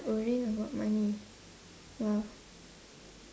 worrying about money !wow!